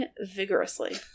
vigorously